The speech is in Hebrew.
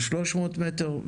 300 מטר,